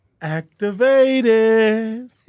Activated